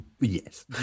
Yes